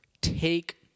take